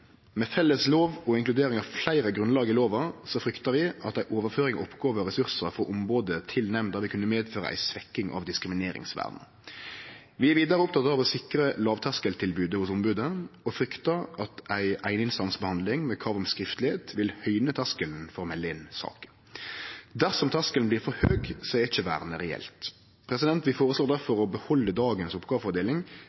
Med felles lov og inkludering av fleire grunnlag i lova fryktar vi at ei overføring av oppgåver og ressursar frå ombodet til nemnda vil kunne medføre ei svekking av diskrimineringsvernet. Vi er vidare opptekne av å sikre lågterskeltilbodet hos ombodet og fryktar at ei eininstansbehandling med krav om skriftlegheit vil høgje terskelen for å melde inn saker. Dersom terskelen blir for høg, er ikkje vernet reelt. Vi